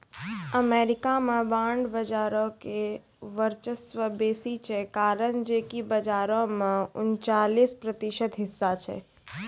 America मे bond बजारो के वर्चस्व बेसी छै, कारण जे कि बजारो मे उनचालिस प्रतिशत हिस्सा छै